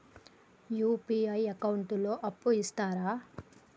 UPI account లో అప్పు ఇస్తరా?